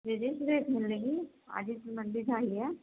جی جی فریش مِل جائے گی آج ہی منڈی سے آئی ہے